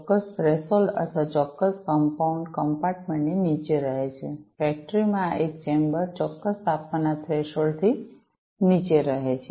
ચોક્કસ થ્રેશોલ્ડ અથવા ચોક્કસ કમ્પાઉન્ડ કમ્પાર્ટમેન્ટ ની નીચે રહે છે ફેક્ટરી માં એક ચેમ્બર ચોક્કસ તાપમાનના થ્રેશોલ્ડ થી નીચે રહે છે